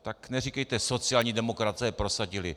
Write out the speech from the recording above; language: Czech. Tak neříkejte sociální demokraté prosadili.